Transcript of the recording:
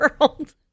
world